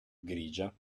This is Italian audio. grigia